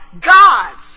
God's